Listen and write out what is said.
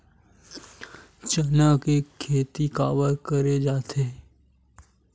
चना के खेती काबर करे जाथे?